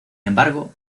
embargo